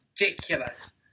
ridiculous